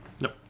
Nope